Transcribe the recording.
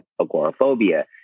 agoraphobia